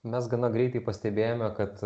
mes gana greitai pastebėjome kad